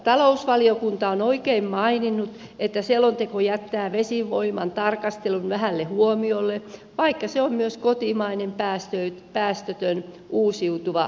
talousvaliokunta on oikein maininnut että selonteko jättää vesivoiman tarkastelun vähälle huomiolle vaikka se on myös kotimainen päästötön uusiutuva sähköntuotannon muoto